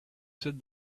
said